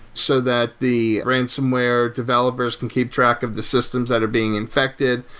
so that the ransonware developers can keep track of the systems that are being infected,